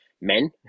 Men